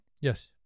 Yes